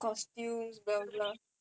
so where did you shoot the